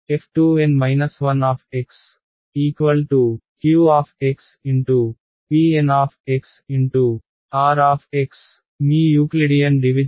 f2N 1qpNr మీ Euclidean division అవుతుంది